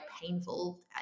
painful